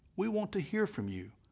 we want to hear from you.